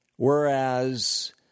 Whereas